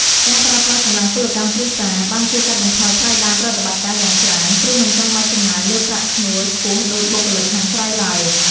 ការប្រើប្រាស់កម្លាំងពលកម្មគ្រួសារ បានជួយកាត់បន្ថយថ្លៃដើមប្រតិបត្តិការ យ៉ាងច្រើន ព្រោះមិនចាំបាច់ចំណាយលើប្រាក់ឈ្នួលខ្ពស់ដូចបុគ្គលិកខាងក្រៅឡើយ។